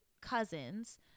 cousins